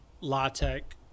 latex